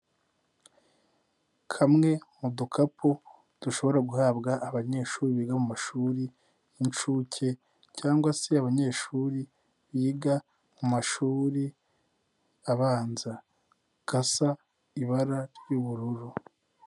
Kamwe mu dukapu dushobora guhabwa abanyeshuri biga mu mashuri y'inshuke cyangwa se abanyeshuri biga mu mashuri abanza. Gasa ibara ry'ubururu.